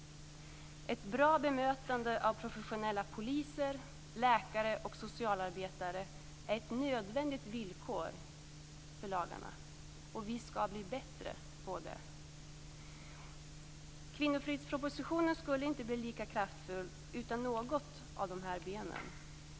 Ett bra bemötande av professionella poliser, läkare och socialarbetare är ett nödvändigt villkor för lagarna. Vi skall bli bättre på det. Kvinnofridspropositionen skulle inte bli lika kraftfull utan något av de här benen.